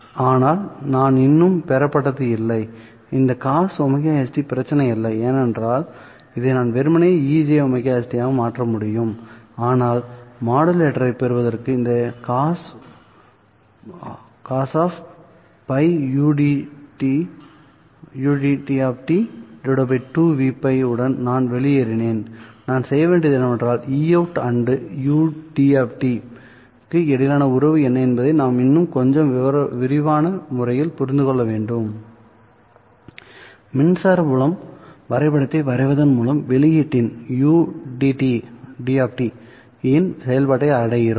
ஆனால் நான் இன்னும் பெறப்பட்டது இல்லை இந்த Cos ωst பிரச்சினை அல்ல ஏனென்றால் இதை நான் வெறுமனே ejωst ஆக மாற்ற முடியும் ஆனால் மாடுலேட்டரைப் பெறுவதற்கு இந்த cos πud2Vπ உடன் நான் வெளியேறினேன்நாம் செய்ய வேண்டியது என்னவென்றால் Eout and ud க்கு இடையிலான உறவு என்ன என்பதை நாம் இன்னும் கொஞ்சம்விரிவான முறையில் புரிந்து கொள்ள வேண்டும் மின்சார புலம் வரைபடத்தை வரைவதன் மூலம் வெளியீட்டின் ud இன் செயல்பாட்டை அடைகிறோம்